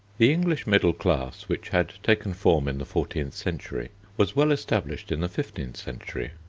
the english middle class, which had taken form in the fourteenth century, was well established in the fifteenth century,